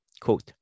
Quote